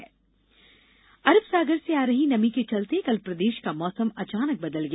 मौसम अरब सागर से आ रही नमी के चलते कल प्रदेश का मौसम अचानक बदल गया